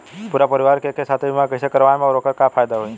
पूरा परिवार के एके साथे बीमा कईसे करवाएम और ओकर का फायदा होई?